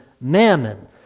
mammon